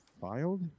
Filed